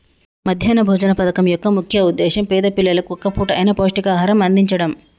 మధ్యాహ్న భోజన పథకం యొక్క ముఖ్య ఉద్దేశ్యం పేద పిల్లలకు ఒక్క పూట అయిన పౌష్టికాహారం అందిచడం